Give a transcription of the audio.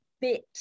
bit